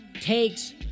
takes